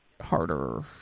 harder